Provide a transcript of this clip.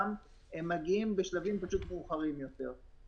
הם מגיעים בשלבים פשוט מאוחרים יותר.